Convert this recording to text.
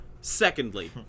Secondly